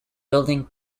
building